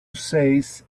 says